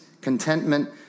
contentment